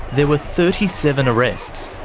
there were thirty seven arrests.